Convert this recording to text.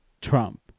Trump